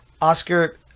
Oscar